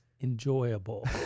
enjoyable